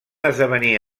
esdevenir